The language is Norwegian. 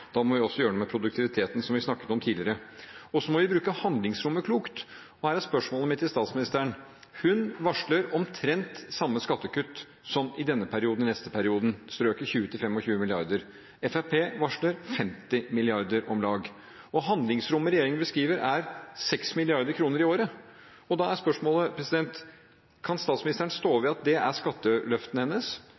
Da må vi også gjøre noe med produktiviteten, som vi snakket om tidligere. Så må vi bruke handlingsrommet klokt, og her er spørsmålet mitt til statsministeren. Hun varsler omtrent samme skattekutt den neste perioden som i denne perioden – på 20–25 mrd. kr. Fremskrittspartiet varsler om lag 50 mrd. kr. Handlingsrommet regjeringen beskriver, er 6 mrd. kr i året, og da er spørsmålet: Kan statsministeren stå ved at det er skatteløftene hennes?